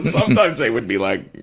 sometimes they would be like,